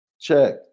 Check